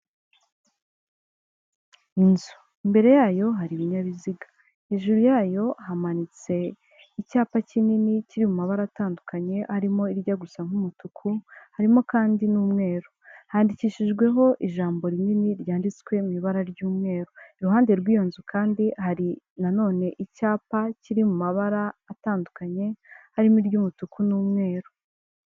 Inzu, mbere yayo hari ibinyabiziga hejuru yayo hamanitse icyapa kinini kiri mu mabara atandukanye arimo ijya gusa nk'umutuku harimo kandi n'umweru handikishijweho ijambo rinini ryanditswe mu ibara ry'umweru iruhande rw'iyo nzu kandi hari na none icyapa kiri mu mabara atandukanye harimo iy'umutuku n'umweru.